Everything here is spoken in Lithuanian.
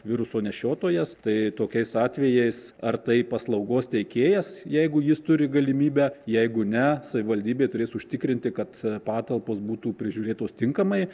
viruso nešiotojas tai tokiais atvejais ar tai paslaugos teikėjas jeigu jis turi galimybę jeigu ne savivaldybė turės užtikrinti kad patalpos būtų prižiūrėtos tinkamai